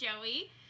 Joey